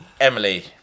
Emily